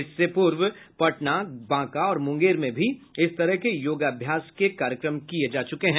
इससे पूर्व पटना बांका और मुंगेर में भी इस तरह के योगाभ्यास के कार्यक्रम किये जा चुके हैं